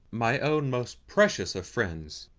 my own most precious of friends!